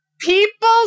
people